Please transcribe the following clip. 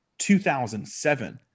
2007